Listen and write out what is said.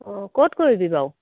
অ' ক'ত কৰিবি বাৰু